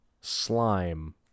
Slime